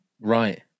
Right